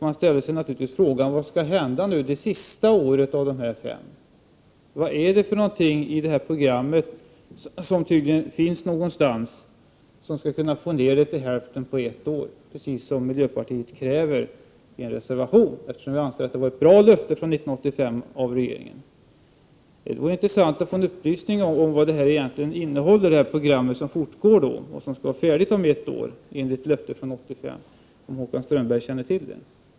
Man ställer sig naturligtvis frågan: Vad skall hända det sista året av de fem? Vad är det för någonting i programmet, som tycks finnas någonstans, som skall få ner kemikalieanvändningen till hälften på ett år? Det är precis detta miljöpartiet kräver i en reservation, eftersom vi tycker att det var ett bra löfte av regeringen 1985. Det vore intressant att få en upplysning om vad det här programmet egentligen innehåller som fortgår och som står färdigt om ett år enligt löftet från 1985, om Håkan Strömberg känner till det.